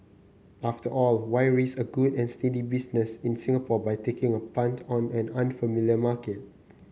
after all why risk a good and steady business in Singapore by taking a punt on an unfamiliar market